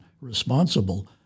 responsible